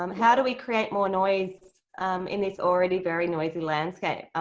um how do we create more noise in this already very noisy landscape,